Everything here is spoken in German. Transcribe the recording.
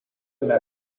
mehr